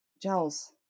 gels